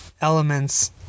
elements